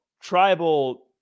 tribal